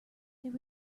there